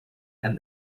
and